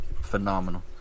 Phenomenal